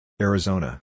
Arizona